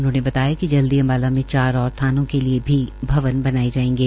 उन्होंने बताया कि जल्द ही अम्बाला में चार और थानों के लिए भी भवन बनाए जायेंगे